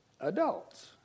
adults